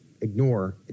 ignore